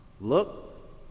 look